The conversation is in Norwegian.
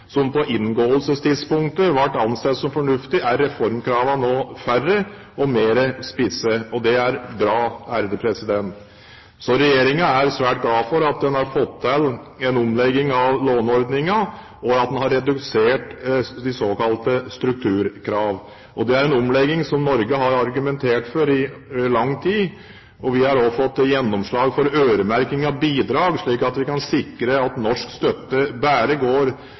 som på inngåelsestidspunktet ble ansett som fornuftige, er reformkravene nå færre og mer spisse. Og det er bra. Regjeringen er svært glad for at en har fått til en omlegging av låneordningen, og at man har redusert de såkalte strukturkravene. Det er en omlegging som Norge har argumentert for i lang tid. Vi har også fått gjennomslag for øremerking av bidrag, slik at vi kan sikre at norsk støtte bare går